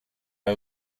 are